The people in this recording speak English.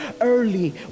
Early